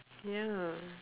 ya